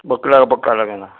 ॿ कलाक पक्का लॻंदा